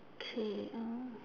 K